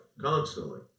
constantly